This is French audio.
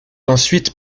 ensuite